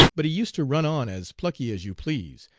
but he used to run on as plucky as you please,